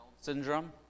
syndrome